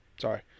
Sorry